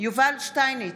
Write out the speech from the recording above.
יובל שטייניץ,